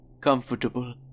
comfortable